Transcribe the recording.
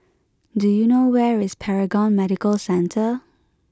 do you know where is Paragon Medical Centre